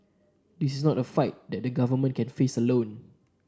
this is not a fight that the government can face alone